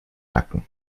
nacken